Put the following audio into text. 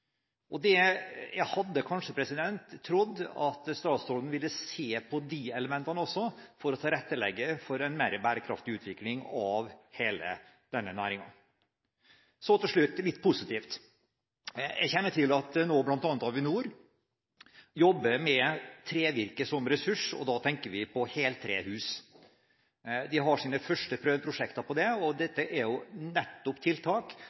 eller Finland. Jeg hadde kanskje trodd at statsråden ville se på de elementene også for å tilrettelegge for en mer bærekraftig utvikling av hele denne næringen. Til slutt litt positivt: Jeg kjenner til at bl.a. Avinor nå jobber med trevirke som ressurs, og da tenker vi på heltrehus. De har sine første prøveprosjekter på det, og dette er nettopp tiltak